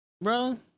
bro